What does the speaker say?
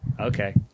Okay